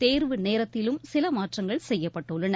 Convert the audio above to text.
தேர்வு நேரத்திலும் சில மாற்றங்கள் செய்யப்பட்டுள்ளன